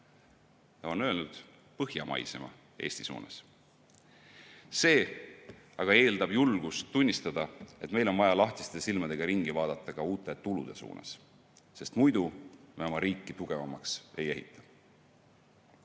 on öelnud, põhjamaisema Eesti suunas. See aga eeldab julgust tunnistada, et meil on vaja lahtiste silmadega ringi vaadata ka uute tulude suunas, sest muidu me oma riiki tugevamaks ei ehita. Ja